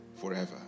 forever